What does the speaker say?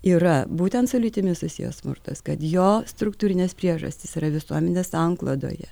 yra būtent su lytimi susijęs smurtas kad jo struktūrinės priežastys yra visuomenės sanklodoje